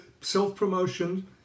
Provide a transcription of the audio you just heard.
self-promotion